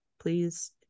please